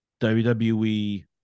WWE